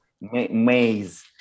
maze